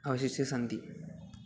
अवशिष्याः सन्ति